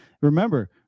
remember